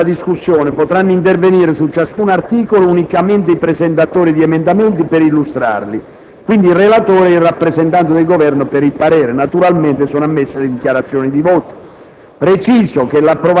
In questa fase della discussione potranno intervenire su ciascun articolo unicamente i presentatori di emendamenti, per illustrarli, e quindi il relatore e il rappresentante del Governo per esprimere il rispettivo parere. Naturalmente sono ammesse le dichiarazioni di voto.